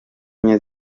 enye